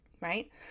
right